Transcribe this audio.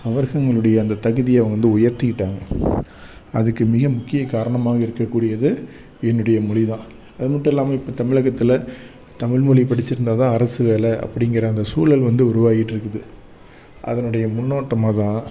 அவர்களினுடைய அந்த தகுதியை அவங்க வந்து உயர்த்திக்கிட்டாங்க அதுக்கு மிக முக்கிய காரணமாக இருக்கக்கூடியது என்னுடைய மொழி தான் அது மட்டும் இல்லாமல் இப்போ தமிழகத்துல தமிழ் மொழி படித்திருந்தாதான் அரசு வேலை அப்படிங்கிற அந்த சூழல் வந்து உருவாகிட்டுருக்குது அதனுடைய முன்னோட்டமாக தான்